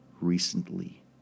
recently